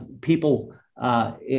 people